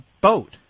boat